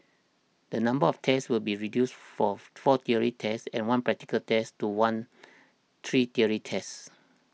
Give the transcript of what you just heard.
the number of tests will be reduced for four theory tests and one practical test to one three theory tests